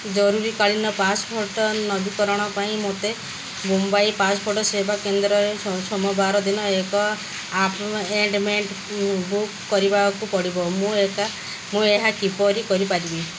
ଜରୁରୀକାଳୀନ ପାସପୋର୍ଟ ନବୀକରଣ ପାଇଁ ମୋତେ ମୁମ୍ବାଇ ପାସପୋର୍ଟ ସେବା କେନ୍ଦ୍ରରେ ସୋମବାର ଦିନ ଏକ ଆପଏଣ୍ଟମେଣ୍ଟ ବୁକ୍ କରିବାକୁ ପଡ଼ିବ ମୁଁ ଏକା ମୁଁ ଏହା କିପରି କରିପାରିବି